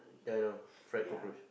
ya I know fried cockroach